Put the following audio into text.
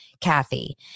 Kathy